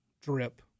drip